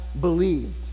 believed